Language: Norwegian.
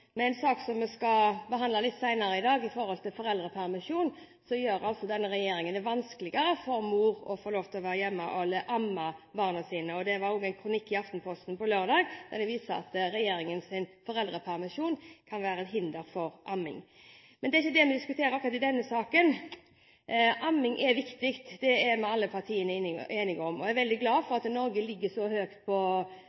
Med tanke på en sak som vi skal behandle litt senere i dag om foreldrepermisjon, gjør altså denne regjeringen det vanskeligere for mor å få lov til å være hjemme og amme barna sine. Det var også en kronikk i Aftenposten på lørdag som viste at regjeringens foreldrepermisjon kan være et hinder for amming. Men det er ikke det vi diskuterer akkurat i denne saken. Amming er viktig, det er vi – alle partiene – enige om. Jeg er veldig glad for